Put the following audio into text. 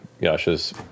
Yasha's